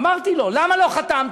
אמרתי לו: למה לא חתמת?